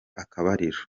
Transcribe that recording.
akabariro